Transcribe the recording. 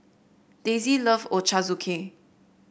Daisey love Ochazuke